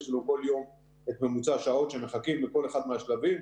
יש לנו כל יום את ממוצע השעות שמחכים בכל אחד מהשלבים.